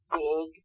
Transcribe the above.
big